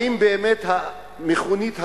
האם באמת המכונית הזאת,